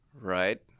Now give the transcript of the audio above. right